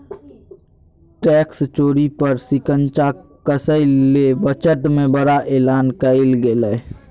tax चोरी पर शिकंजा कसय ले बजट में बड़ा एलान कइल गेलय